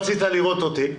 רצית לראות אותי,